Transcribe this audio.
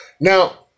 Now